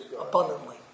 Abundantly